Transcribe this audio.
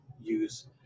use